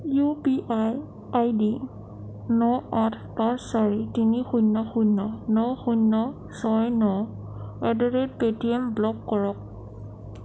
U P I I D ন আঠ পাঁচ চাৰি তিনি শূন্য শূন্য ন শূন্য ছয় ন at the rate Paytm block কৰক